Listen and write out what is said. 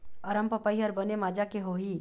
अरमपपई हर बने माजा के होही?